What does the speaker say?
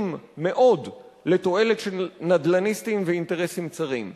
מאוד לתועלת של נדל"ניסטים ואינטרסים צרים.